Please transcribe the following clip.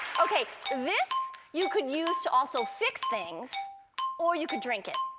okay this you could use to also fix things or you could drink it.